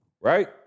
right